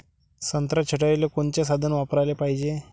संत्रा छटाईले कोनचे साधन वापराले पाहिजे?